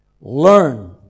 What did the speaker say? Learn